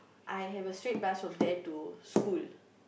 I have a straight bus from there to school